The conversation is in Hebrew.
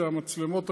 זה המצלמות הקבועות.